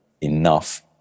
enough